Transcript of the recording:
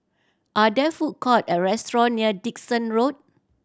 are there food court or restaurant near Dickson Road